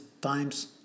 times